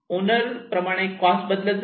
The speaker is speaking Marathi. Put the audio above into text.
ओनर प्रमाणे कॉस्ट बदलत जाते